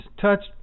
touched